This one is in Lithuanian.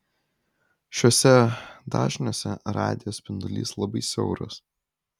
šiuose dažniuose radijo spindulys labai siauras